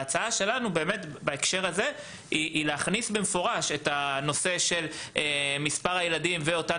ההצעה שלנו בהקשר הזה היא להכניס במפורש את הנושא של מספר הילדים ואותן